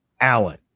Allen